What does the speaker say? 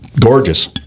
gorgeous